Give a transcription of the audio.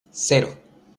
cero